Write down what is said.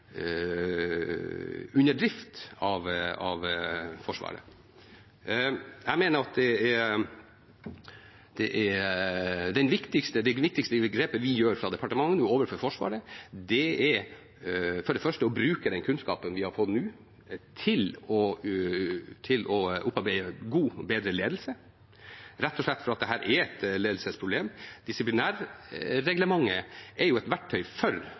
under drift, av Forsvaret. Jeg mener at det viktigste grepet vi gjør fra departementets side overfor Forsvaret, er for det første å bruke den kunnskapen vi nå har fått, til å opparbeide bedre ledelse, rett og slett fordi dette er et ledelsesproblem – disiplinærreglementet er jo et verktøy for